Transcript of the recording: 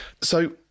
So-